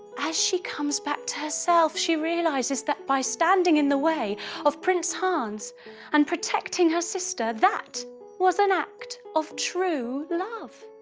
as she comes back to herself she realises that by standing in the way of prince hans and protecting her sister that was an act of true love.